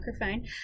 microphone